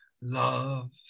love